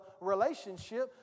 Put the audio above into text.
relationship